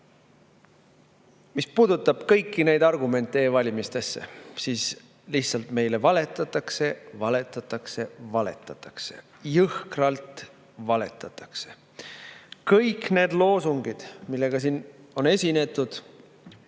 Mis puudutab kõiki neid e‑valimiste argumente, siis meile lihtsalt valetatakse, valetatakse, valetatakse, jõhkralt valetatakse. Kõik need loosungid, millega siin on esinetud,